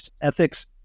ethics